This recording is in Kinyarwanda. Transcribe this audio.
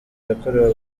yakorewe